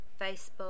Facebook